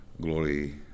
Glory